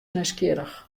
nijsgjirrich